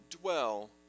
dwell